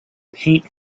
paint